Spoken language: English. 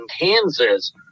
Kansas